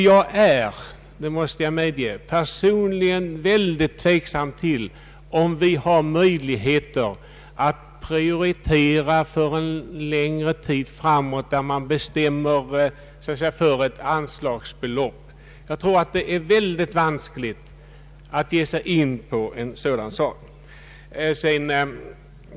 Jag är — det måste jag medge — personligen ytterst tveksam om huruvida vi har möjlighet att prioritera för en längre tid framåt och fastställa anslagsbelopp. Det är enligt min mening mycket vanskligt att ge sig in på en sådan sak.